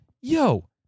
Yo